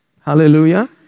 Hallelujah